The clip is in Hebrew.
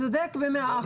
צודק במאה אחוז.